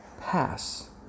pass